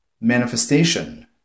Manifestation